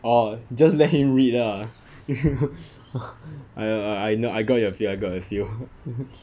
oh just let him read ah I err I know I got your feel I got your feel